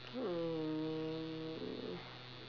um